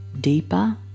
deeper